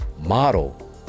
model